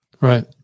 Right